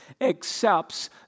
accepts